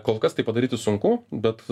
kol kas tai padaryti sunku bet